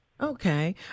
Okay